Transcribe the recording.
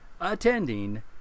attending